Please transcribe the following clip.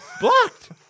blocked